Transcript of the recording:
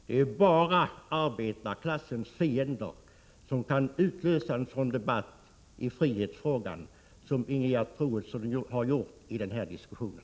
Det är bara arbetarklassens fiender som kan utlösa en sådan debatt i frihetsfrågor som Ingegerd Troedsson har gjort i den här diskussionen.